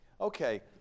Okay